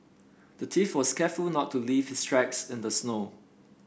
the thief was careful to not leave his tracks in the snow